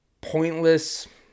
pointless